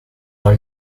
are